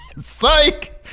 Psych